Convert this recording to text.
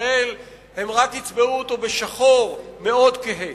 ישראל הם רק יצבעו אותו בשחור מאוד כהה.